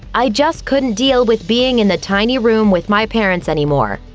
i just couldn't deal with being in the tiny room with my parents anymore.